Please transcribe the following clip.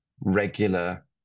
regular